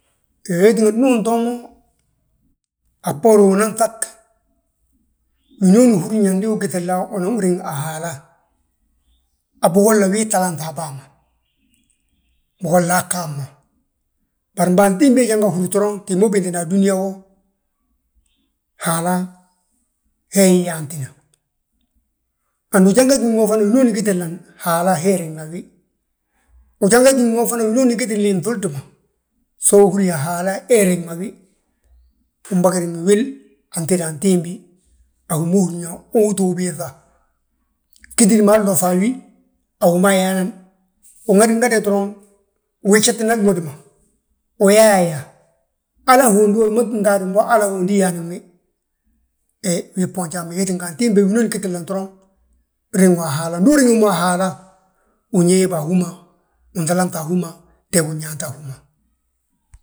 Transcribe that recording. He wee tínga ndu untoo mo, a bboorin unan ŧag, winooni húrin yaa, ndu ugilina, unan wi riŋ a Haala. A bigolla wi talanŧ a bàa ma, bigolla gaa hamma, bari mbo antimbi janga, húri doroŋ bima ubintina a dúniyaa wo. Haala hee yaantina, andu ujanga gí ngi wo, fana winooni gitli nan, Haala hee hi, riŋna wi, ujanga gí ngi wo fana, winooni gitilini nŧuuldi ma, so uhúri yaa, Haala hee riŋma wi, unbagi riŋ wil, anŧida antimbi, a wi ma húrin yaa, uu ttu biiŧa. Ggítidi maa lloŧi a wi, a wi ma ayaa nan, uŋadiŋade doroŋ, uwejetna glodi ma uyaa yaa: Hala a hondi wi a ngaadim bo, hala a hondi hi yaani wi, he wii bboonji hamma, wee tínga antimbi winooni gitilinan doroŋ riŋi wi a Haala ndu uriŋ wi a Haala, wi nyéebi a hú ma, win talanŧi a hú ma, te win yaanta a hú ma.